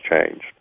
changed